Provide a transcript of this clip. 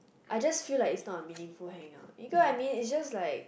I just feel like is not a meaningful hangout because I mean is just like